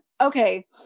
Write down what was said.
Okay